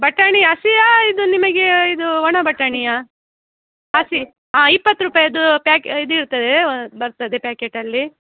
ಬಟಾಣಿ ಹಸಿದಾ ಇದು ನಿಮಗೆ ಇದು ಒಣ ಬಟಾಣಿಯಾ ಹಸಿ ಹಾಂ ಇಪ್ಪತ್ತು ರೂಪಾಯಿದು ಪ್ಯಾಕ್ ಇದೆ ಇರ್ತದೆ ಬರ್ತದೆ ಪ್ಯಾಕೆಟಲ್ಲಿ